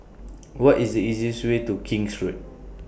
What IS The easiest Way to King's Road